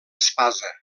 espasa